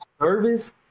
service